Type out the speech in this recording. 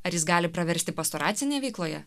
ar jis gali praversti pastoracinėje veikloje